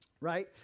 right